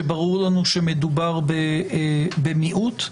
שברור לנו שמדובר במיעוט,